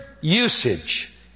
usage